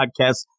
Podcast